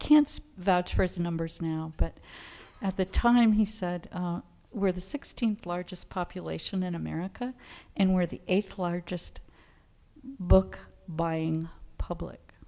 can't vouch for his numbers but at the time he said where the sixteen largest population in america and where the eighth largest book buying public